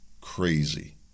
Crazy